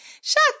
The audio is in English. Shut